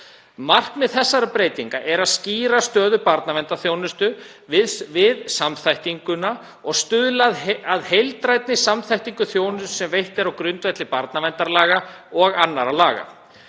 Markmið þeirra breytinga er að skýra stöðu barnaverndarþjónustu við samþættinguna og stuðla að heildrænni samþættingarþjónustu sem veitt er á grundvelli barnaverndarlaga og annarra laga.